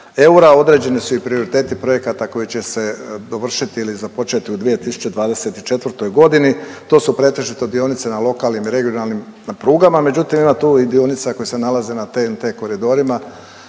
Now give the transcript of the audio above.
eura, određeni su i prioriteti projekata koji će se dovršiti ili započeti u 2024. g., to su pretežito dionice na lokalnim i regionalnim prugama, međutim, ima tu i dionica koje se nalaze na TNT koridorima,